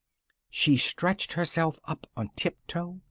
she stretched herself up on tiptoe,